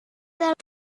that